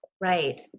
right